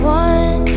one